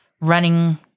running